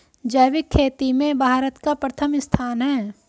जैविक खेती में भारत का प्रथम स्थान है